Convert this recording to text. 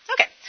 Okay